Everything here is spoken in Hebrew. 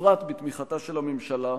ובפרט בתמיכתה של הממשלה,